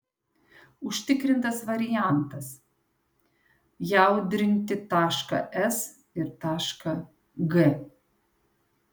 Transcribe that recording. užtikrintas variantas jaudrinti tašką s ir tašką g